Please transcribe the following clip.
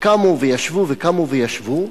וקמו וישבו וקמו וישבו,